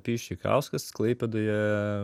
pijus čeikauskas klaipėdoje